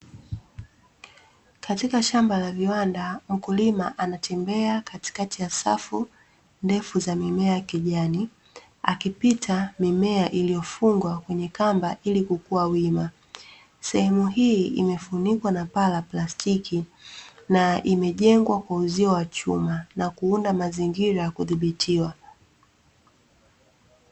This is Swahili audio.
Katika shamba la viwanda, mkulima anatembea katikati ya safu ndefu za mimea ya kijani, akipita mimea iliyofungwa kwenye kamba ili kukua wima. Sehemu hii imefunikwa na paa la plastiki na imejengwa kwa uzio wa chuma, na kuunda mazingira ya kudhibitiwa.